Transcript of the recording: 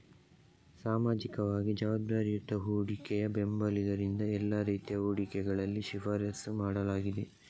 ಸಾಮಾಜಿಕವಾಗಿ ಜವಾಬ್ದಾರಿಯುತ ಹೂಡಿಕೆಯ ಬೆಂಬಲಿಗರಿಂದ ಎಲ್ಲಾ ರೀತಿಯ ಹೂಡಿಕೆಗಳಲ್ಲಿ ಶಿಫಾರಸು ಮಾಡಲಾಗಿದೆ